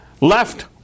left